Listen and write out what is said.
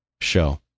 Show